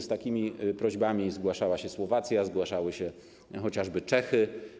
Z takimi prośbami zgłaszała się Słowacja, zgłaszały się chociażby Czechy.